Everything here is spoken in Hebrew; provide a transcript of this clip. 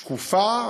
שקופה.